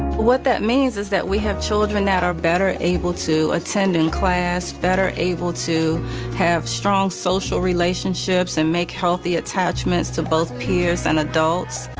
what that means is that we have children that are better able to attend in class, better able to have strong social relationships and make healthy attachments to both peers and adults.